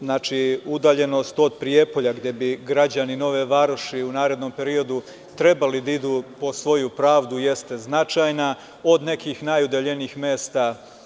Znači, udaljenost od Prijepolja gde bi građani Nove Varoši u narednom periodu trebali da idu po svoju pravdu jeste značajna od nekih najudaljenijih mesta.